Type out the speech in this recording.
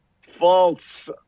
false